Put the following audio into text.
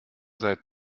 seit